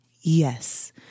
yes